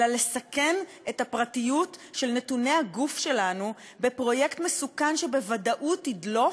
אלא לסכן את הפרטיות של נתוני הגוף שלנו בפרויקט מסוכן שבוודאות ידלוף,